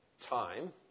time